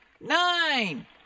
nine